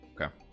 Okay